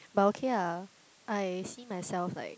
but okay lah I see myself like